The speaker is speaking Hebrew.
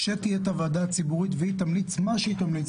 כשתהיה הוועדה הציבורית והיא תמליץ מה שהיא תמליץ,